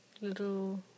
little